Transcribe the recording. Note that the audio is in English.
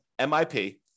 MIP